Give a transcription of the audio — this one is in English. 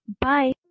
bye